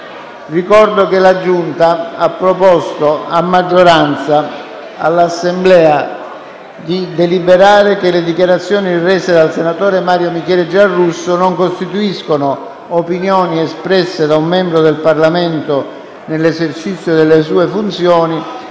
Ricordo che la Giunta ha proposto a maggioranza all'Assemblea di deliberare che le dichiarazioni rese dal senatore Mario Michele Giarrusso non costituiscono opinioni espresse da un membro del Parlamento nell'esercizio delle sue funzioni